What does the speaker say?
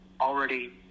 already